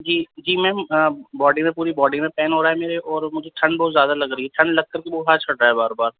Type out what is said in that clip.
جی جی ma'am body میں پوری باڈی میں پین ہو رہا ہے میرے اور مجھے ٹھنڈ بہت زیادہ لگ رہی ہے ٹھنڈ لگ کر کے بخار چڑھ رہا ہے بار بار